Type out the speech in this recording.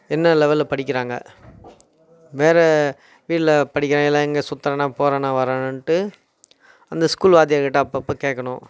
என்ன லெவலில் படிக்கிறாங்க வேறு வீல்ல படிக்கிறாங்களா இங்கே சுற்றுறான போகிறானா வரானான்ட்டு அந்த ஸ்கூல் வாத்தியார்கிட்டே அப்பப்போ கேட்கணும்